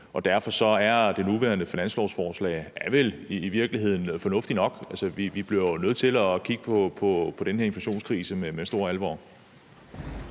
og at det nuværende finanslovsforslag vel derfor i virkeligheden er fornuftigt nok. Vi bliver jo nødt til at kigge på den her inflationskrise med stor alvor.